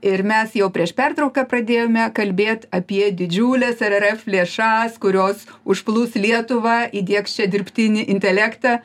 ir mes jau prieš pertrauką pradėjome kalbėt apie didžiules rrf lėšas kurios užplūs lietuvą įdiegs čia dirbtinį intelektą